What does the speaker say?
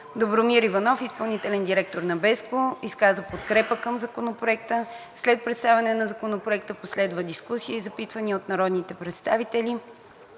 Добромир Иванов, изпълнителен директор на BESCO изказа подкрепа към Законопроекта. След представянето на Законопроекта последва дискусия и запитвания от народните представители.